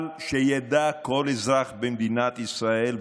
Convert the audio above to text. אבל שידע כל אזרח במדינת ישראל,